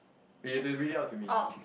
you to read it out to me